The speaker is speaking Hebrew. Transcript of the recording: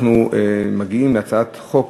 אנחנו מגיעים להצעת חוק